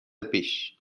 پیش